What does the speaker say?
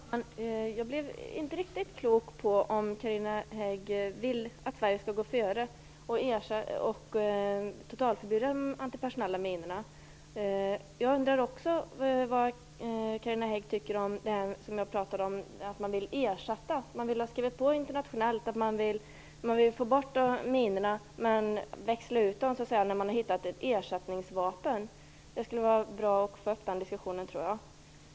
Fru talman! Jag blev inte riktigt klok på om Carina Hägg vill att Sverige skall gå före och totalförbjuda antipersonella minor. Jag undrar också vad Carina Hägg tycker om det som jag pratade om, nämligen att man vill få till stånd en internationell skrivning om att minorna skall bort och att de skall växlas ut när ett ersättningsvapen har hittats. Det vore bra att få en diskussion om det.